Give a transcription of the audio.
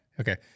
okay